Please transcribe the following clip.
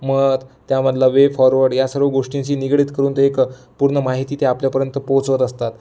मत त्यामधलं way forward या सर्व गोष्टींची निगडित करून त एक पूर्ण माहिती ते आपल्यापर्यंत पोहोचवत असतात